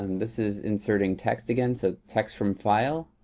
this is inserting text again. so, text from file.